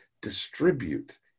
distribute